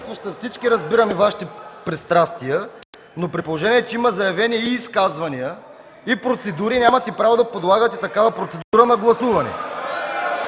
всички разбираме Вашите пристрастия, но при положение, че има заявени и изказвания, и процедури, нямате право да подлагате такава процедура на гласуване!